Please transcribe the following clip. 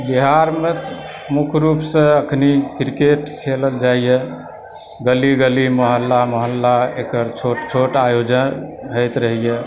बिहारमे मुख्यरुपसँ अखन क्रिकेट खेलल जाइए गली गली मोहल्ला मोहल्ला एकर छोट छोट आयोजन होइत रहैए